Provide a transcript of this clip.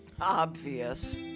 obvious